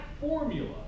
formula